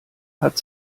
hat